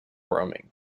roaming